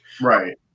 Right